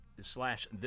slash